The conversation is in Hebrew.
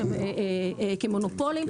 כמונופולים,